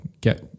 get